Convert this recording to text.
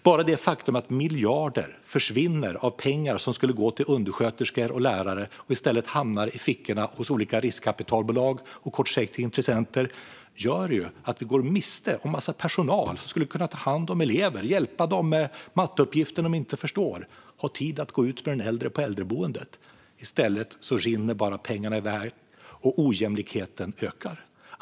Bara det faktum att miljarder försvinner av pengar som skulle gå till undersköterskor och lärare och i stället hamnar i fickorna hos olika riskkapitalbolag och kortsiktiga intressenter gör att vi går miste om massor av personal som skulle kunna ta hand om elever och hjälpa dem med matteuppgifter de inte förstår eller ha tid att gå ut med de äldre på äldreboendet. I stället bara rinner pengarna iväg, och ojämlikheten ökar.